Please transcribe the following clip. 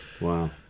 Wow